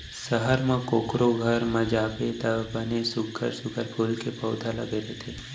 सहर म कोकरो घर म जाबे त बने सुग्घर सुघ्घर फूल के पउधा लगे रथे